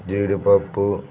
జీడిపప్పు